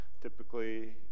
typically